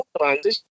transition